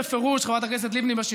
חברת הכנסת לבני,